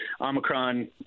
Omicron